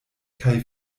kaj